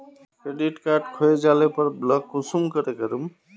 Credit card खोये जाले पर ब्लॉक कुंसम करे करूम?